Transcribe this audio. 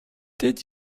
did